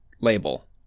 label